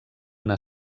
una